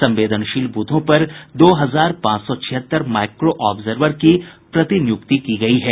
संवेदनशील ब्रथों पर दो हजार पांच सौ छिहत्तर माईक्रो आब्जर्वर की प्रतिनियुक्ति की गयी है